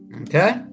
Okay